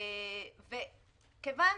כיוון